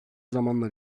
zamanla